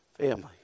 family